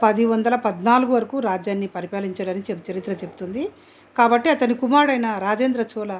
పదివందల పద్నాలుగు వరకు రాజ్యాన్ని పరిపాలించాడని చరిత్ర చెప్తోంది కాబట్టి అతని కుమారుడైన రాజేంద్ర చోళ